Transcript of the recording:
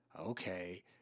Okay